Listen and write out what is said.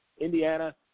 Indiana